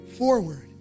forward